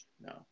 No